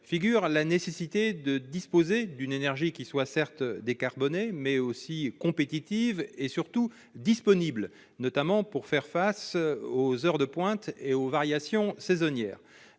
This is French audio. figure la nécessité de disposer d'une énergie, certes décarbonée, mais aussi compétitive et surtout disponible, notamment pour faire face aux heures de pointe et aux variations saisonnières.